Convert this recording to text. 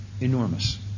enormous